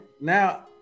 Now